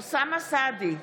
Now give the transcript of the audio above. אוסאמה סעדי,